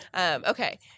Okay